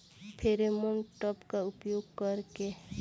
Pheromone trap का उपयोग कर के?